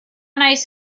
nice